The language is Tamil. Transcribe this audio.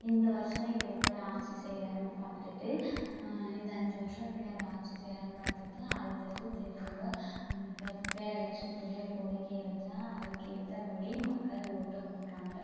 இந்த வருஷம் இவர் எப்படி ஆட்சி செய்யிறாருன்னு பார்த்துட்டு இந்த அஞ்சு வருஷம் எப்படி அவர் ஆட்சி செய்யிறாருன்னு பார்த்துட்டு அடுத்தது திரும்ப வேறு யாராச்சும் புதிய கோரிக்கை வச்சால் அதுக்கு ஏற்றபடி மக்கள் ஓட்டு போடுறாங்க